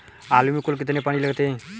आलू में कुल कितने पानी लगते हैं?